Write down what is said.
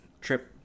trip